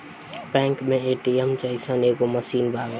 bank मे ATM जइसन एगो मशीन बावे